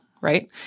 right